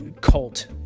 cult